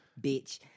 Bitch